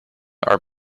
our